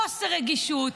חוסר רגישות,